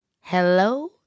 Hello